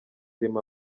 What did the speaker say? irimo